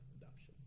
adoption